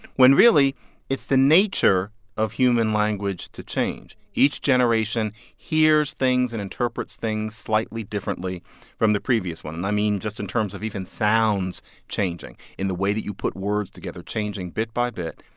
when really it's the nature of human language to change. each generation hears things and interprets things slightly differently from the previous one. and, i mean, just in terms of even sounds changing and the way that you put words together changing bit by bit,